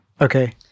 Okay